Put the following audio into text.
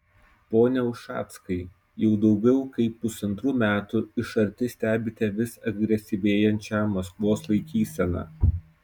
pone ušackai jau daugiau kaip pusantrų metų iš arti stebite vis agresyvėjančią maskvos laikyseną